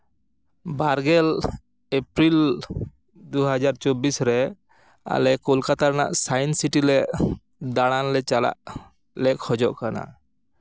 ᱵᱟᱨᱜᱮᱞ ᱮᱯᱨᱤᱞ ᱫᱩ ᱦᱟᱡᱟᱨ ᱪᱚᱵᱵᱤᱥ ᱨᱮ ᱟᱞᱮ ᱠᱳᱞᱠᱟᱛᱟ ᱨᱮᱱᱟᱜ ᱥᱟᱭᱮᱱᱥ ᱥᱤᱴᱤ ᱞᱮ ᱫᱟᱬᱟᱱᱞᱮ ᱪᱟᱞᱟᱜ ᱞᱮ ᱠᱷᱡᱚᱜ ᱠᱟᱱᱟ